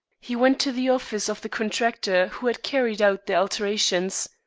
he went to the office of the contractor who had carried out the alterations.